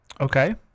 Okay